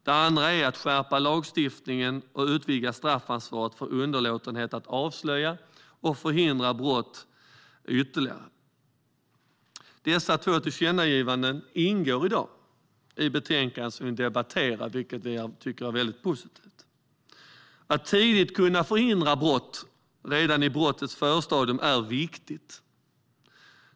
Det andra är att skärpa lagstiftningen och utvidga straffansvaret för underlåtenhet att avslöja och förhindra brott ytterligare. Dessa två tillkännagivanden ingår i det betänkande som vi debatterar i dag, vilket jag tycker är mycket positivt. Att tidigt kunna förhindra brott, redan i brottets förstadium, är viktigt.